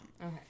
Okay